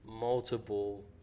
multiple